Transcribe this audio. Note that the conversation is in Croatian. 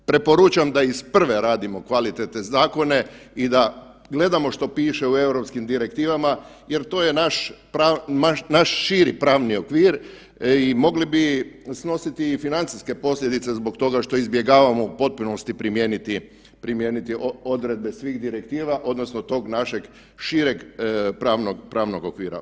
Preporučam da iz prve radimo kvalitetne zakone i da gledamo što piše u Europskim direktivama jer to je naš širi pravni okvir i mogli bi snositi i financijske posljedice zbog toga što izbjegavamo u potpunosti primijeniti, primijeniti odredbe svih direktiva odnosno tog našeg šireg pravnog, pravnog okvira.